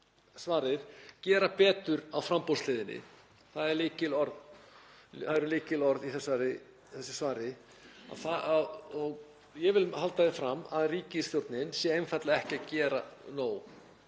svarið. Gera betur á framboðshliðinni — það eru lykilorð í þessu svari. Ég vil halda því fram að ríkisstjórnin sé einfaldlega ekki að gera nóg,